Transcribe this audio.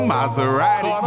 Maserati